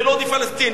ולוד היא פלסטין,